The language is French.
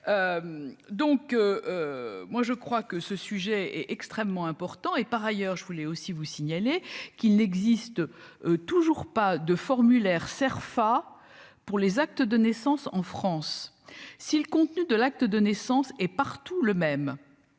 Donc moi je crois. Que ce sujet est extrêmement important et par ailleurs je voulais aussi vous signaler qu'il n'existe toujours pas de formulaires Cerfa pour les actes de naissances en France si le contenu de l'acte de naissance et partout le même